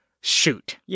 shoot